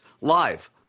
live